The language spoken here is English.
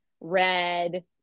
red